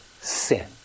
sin